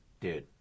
dude